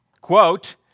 quote